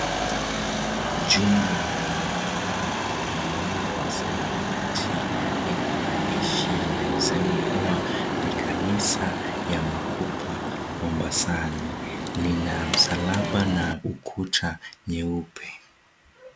Chumba lenye paa na mlango wa samawati na ina maandishi yanayosema kuwa ni kanisa ya Makupa Mombasani lina msalaba na ukuta nyeupe.